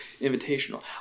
Invitational